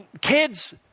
Kids